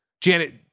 Janet